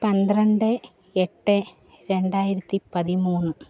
പന്ത്രണ്ട് എട്ട് രണ്ടായിരത്തി പതിമൂന്ന്